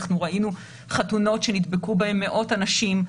אנחנו ראינו חתונות שנדבקו בהן מאות אנשים,